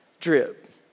drip